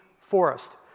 forest